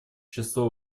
число